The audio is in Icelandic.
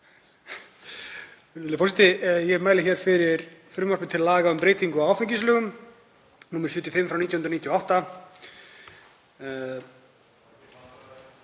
Ég mæli hér fyrir frumvarpi til laga um breytingu á áfengislögum, nr. 75/1998.